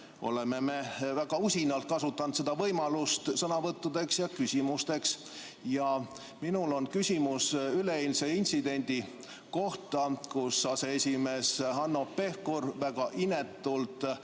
oleme me väga usinalt kasutanud seda võimalust sõnavõttudeks ja küsimusteks. Minul on küsimus üleeilse intsidendi kohta. Nimelt, aseesimees Hanno Pevkur väga inetult